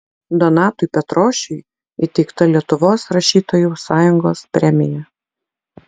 donatui petrošiui įteikta lietuvos rašytojų sąjungos premija